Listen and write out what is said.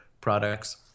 products